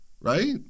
right